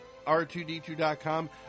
R2D2.com